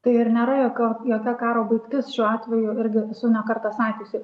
tai ir nėra jokio jokia karo baigtis šiuo atveju irgi esu ne kartą sakiusi